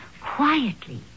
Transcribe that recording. quietly